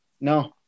No